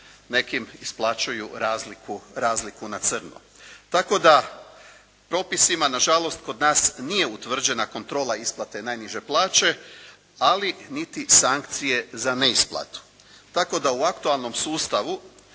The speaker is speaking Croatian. nekim isplaćuju razliku na crno. Tako da propisima nažalost kod nas nije utvrđena kontrola isplate najniže plaće ali niti sankcije za neisplatu. Tako da u aktualnom sustavu